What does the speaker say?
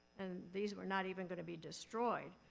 and these were not even gonna be destroyed,